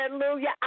Hallelujah